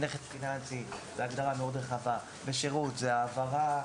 נכס פיננסי הוא הגדרה מאוד רחבה ושירות הוא העברה,